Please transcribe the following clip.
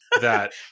that-